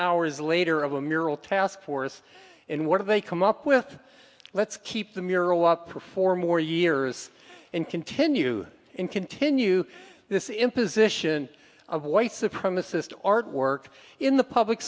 hours later of a mural task force and what do they come up with let's keep the mural up for four more years and continue and continue this imposition of white supremacist artwork in the public